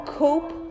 cope